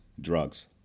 drugs